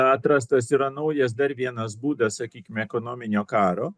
atrastas yra naujas dar vienas būdas sakykim ekonominio karo